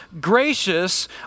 gracious